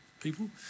people